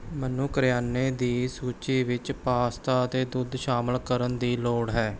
ਮੈਨੂੰ ਕਰਿਆਨੇ ਦੀ ਸੂਚੀ ਵਿੱਚ ਪਾਸਤਾ ਅਤੇ ਦੁੱਧ ਸ਼ਾਮਲ ਕਰਨ ਦੀ ਲੋੜ ਹੈ